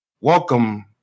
Welcome